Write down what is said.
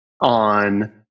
on